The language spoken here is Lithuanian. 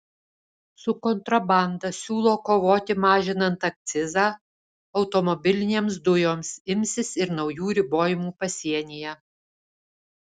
su kontrabanda siūlo kovoti mažinant akcizą automobilinėms dujoms imsis ir naujų ribojimų pasienyje